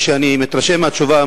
כפי שאני מתרשם מהתשובה,